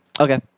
Okay